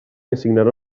assignarà